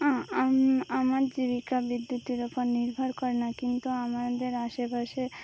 আমার জীবিকা বিদ্যুতের ওপর নির্ভর করে না কিন্তু আমাদের আশেপাশে